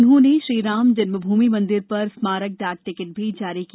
उन्होंने श्रीराम जन्मभूमि मंदिर पर स्मारक डाक टिकट भी जारी किया